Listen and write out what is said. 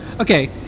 okay